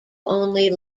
only